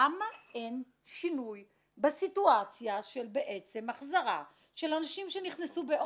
למה אין שינוי ביכולת להחזיר אנשים שנכנסו לפה